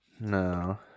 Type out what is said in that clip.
No